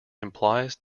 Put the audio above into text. implies